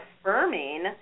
affirming